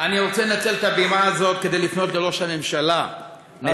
אני רוצה לנצל את הבימה הזאת כדי לפנות אל ראש הממשלה נתניהו,